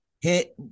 hit